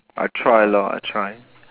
I try lor I try